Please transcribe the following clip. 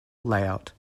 layout